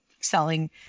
selling